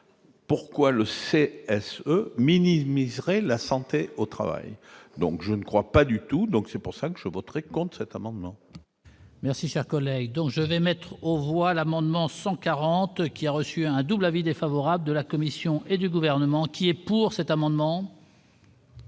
pourquoi le C. S. minimiserait la santé au travail, donc je ne crois pas du tout, donc c'est pour ça que je voterai contre cet amendement. Merci, cher collègue, donc je vais mettre au voile amendement 140 qui a reçu un double avis défavorable de la Commission et du gouvernement qui est pour cet amendement.